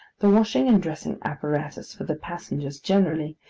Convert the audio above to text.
the washing and dressing apparatus for the passengers generally,